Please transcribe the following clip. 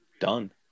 done